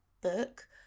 book